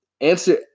Answer